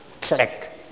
click